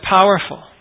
powerful